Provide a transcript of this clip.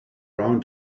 brown